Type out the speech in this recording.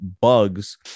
bugs